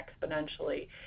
exponentially